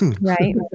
Right